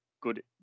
Good